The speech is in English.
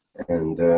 and,